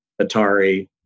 Atari